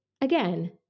again